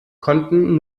konnten